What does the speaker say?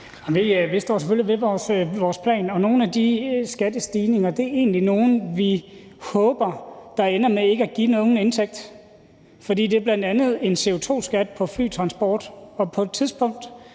Vi står selvfølgelig ved vores plan, og nogle af de skattestigninger er egentlig nogle, vi håber ender med ikke at give nogen indtægt, for det er bl.a. en CO2-skat på flytransport. Og på et tidspunkt